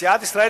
שסיעת ישראל